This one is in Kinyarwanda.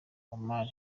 oman